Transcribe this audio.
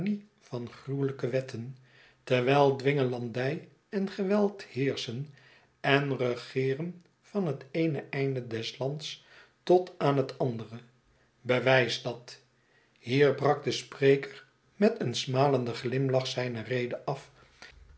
van gruwelijke wetten terwijl dwingelandij en geweld heerschen en regeeren van het eene einde des lands tot aan het andere bewijs dat hier brak de spreker met een smalenden glimlach zijne rede af